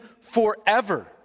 forever